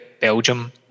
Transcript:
Belgium